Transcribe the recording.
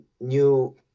new